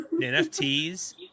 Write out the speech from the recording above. NFTs